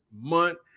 month